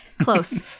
Close